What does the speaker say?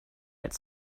its